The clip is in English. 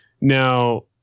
Now